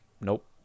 Nope